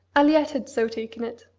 aliette had so taken it.